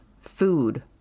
Food